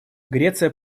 греция